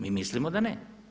Mi mislimo da ne.